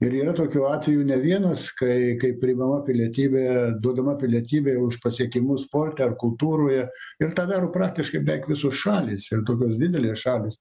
ir yra tokių atvejų ne vienas kai kai priimama pilietybė duodama pilietybė už pasiekimus sporte ar kultūroje ir tą daro praktiškai beveik visos šalys ir tokios didelės šalys